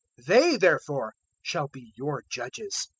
they therefore shall be your judges.